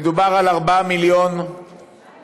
מדובר על 4 מיליון שקל.